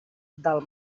del